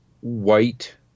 white